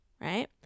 right